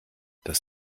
dass